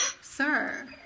Sir